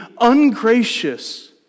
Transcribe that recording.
ungracious